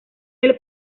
del